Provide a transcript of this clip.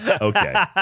Okay